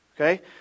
okay